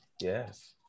yes